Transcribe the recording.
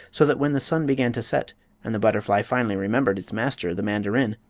so that when the sun began to set and the butterfly finally remembered its master, the mandarin,